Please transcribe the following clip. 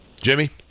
Jimmy